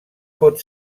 pot